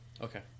Okay